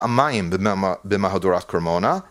המים במהדורת קורמונה